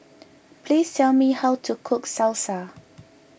please tell me how to cook Salsa